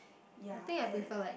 ya and